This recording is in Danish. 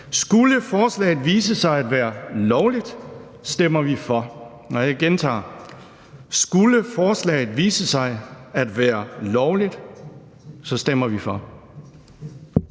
Skulle forslaget vise sig at være lovligt, stemmer vi for. Jeg gentager: Skulle forslaget vise sig at være lovligt, stemmer vi for.